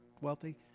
wealthy